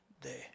day